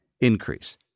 increase